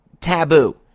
taboo